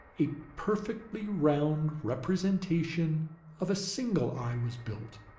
a perfectly round representation of a single eye was built,